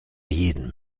jedem